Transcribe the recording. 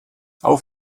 auf